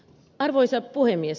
arvoisa puhemies